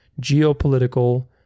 geopolitical